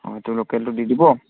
অঁ সেইটো লোকেলটো দি দিব